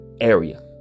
area